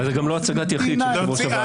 אבל זו גם לא הצגת יחיד של יושב-ראש הוועדה.